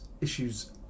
issues